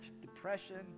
depression